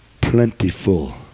plentiful